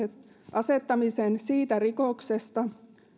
asettamiseen siitä rikoksesta